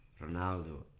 Ronaldo